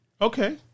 Okay